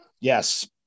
Yes